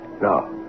No